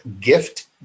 gift